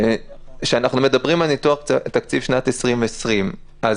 כשאנחנו מדברים על ניתוח תקציב שנת 2020 אז